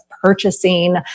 Purchasing